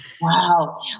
Wow